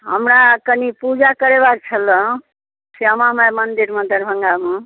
हमरा कनि पूजा करेबाके छलए श्यामा माइ मन्दिर मे दरभंगा मे